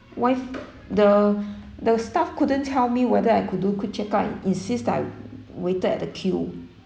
why the the staff couldn't tell me whether I could do quick checkout insist that I waited at the queue